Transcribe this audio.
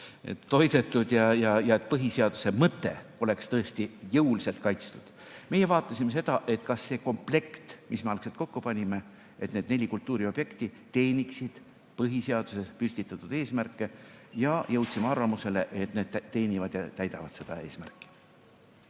toidetud ja et põhiseaduse mõte oleks tõesti jõuliselt kaitstud. Meie vaatasime seda, et see komplekt, mille me algselt kokku panime, et need neli kultuuriobjekti teeniksid põhiseaduses püstitatud eesmärke, ja jõudsime arvamusele, et need teenivad ja täidavad seda eesmärki.